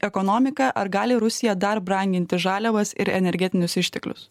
ekonomiką ar gali rusija dar branginti žaliavas ir energetinius išteklius